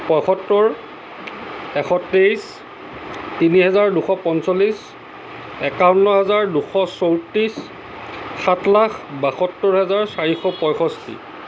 পঁয়সত্তৰ এশ তেইছ তিনি হেজাৰ দুশ পঞ্চলিছ একাৱন্ন হাজাৰ দুশ চৌত্ৰিছ সাত লাখ বাসত্তৰ হাজাৰ চাৰিশ পঁয়ষষ্ঠি